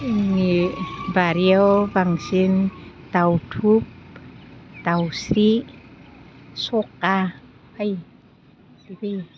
जोंनि बारियाव बांसिन दाउथु दाउस्रि सखा बिदि